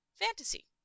fantasy